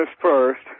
first